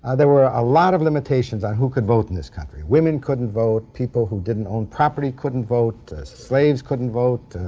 ah there were a lot of limitations on who could vote in this country. women couldn't vote, people who didn't own property couldn't vote, slaves couldn't vote.